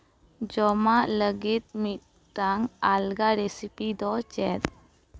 ᱡᱚᱢᱟᱜ ᱞᱟᱹᱜᱤᱫ ᱢᱤᱫᱴᱟᱱ ᱟᱞᱜᱟ ᱨᱮᱥᱤᱯᱤ ᱫᱚ ᱪᱮᱫ